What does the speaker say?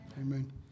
Amen